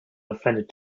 offended